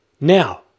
now